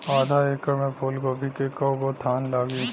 आधा एकड़ में फूलगोभी के कव गो थान लागी?